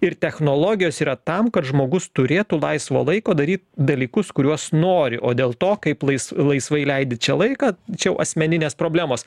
ir technologijos yra tam kad žmogus turėtų laisvo laiko daryt dalykus kuriuos nori o dėl to kaip lais laisvai leidi čia laiką čia asmeninės problemos